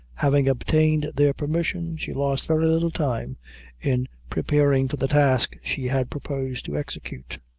having obtained their permission, she lost very little time in preparing for the task she had proposed to execute.